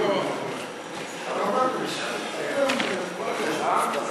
רבותי חברי הכנסת,